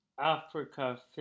Africa